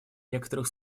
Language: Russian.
некоторых